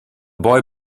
boy